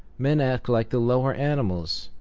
men act like the lower animals,